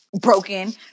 broken